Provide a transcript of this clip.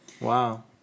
Wow